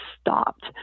stopped